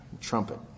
trumpet